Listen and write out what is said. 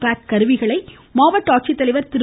வு கருவிகள் மாவட்ட ஆட்சித்தலைவர் திரு